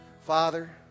Father